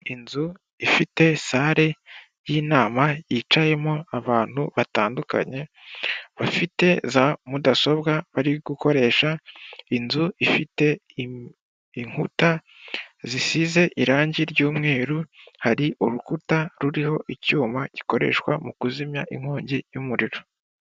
Inzu ifite sale y'inama hicayemo abantu batandukanye, bafite za mudasobwa bari gukoresha, inzu ifite inkuta zisize irangi ry'umweru, hari urukuta ruriho icyuma gikoreshwa mu kuzimya inkongi y'umuriro.